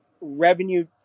revenue